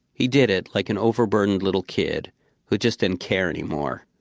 he did it like an overburdened little kid who just didn't care anymore.